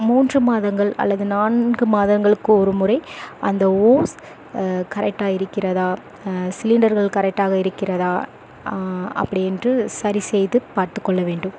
மூன்று மாதங்கள் அல்லது நான்கு மாதங்களுக்கு ஒரு முறை அந்த ஓஸ் கரெக்டாக இருக்கிறதா சிலிண்டர்கள் கரெக்டாக இருக்கிறதா அப்படியென்று சரி செய்து பார்த்துக்கொள்ள வேண்டும்